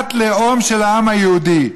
מדינת לאום של העם היהודי?